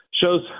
Shows